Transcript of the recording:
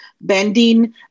bending